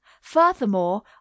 Furthermore